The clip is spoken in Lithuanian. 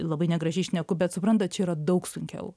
labai negražiai šneku bet suprantat čia yra daug sunkiau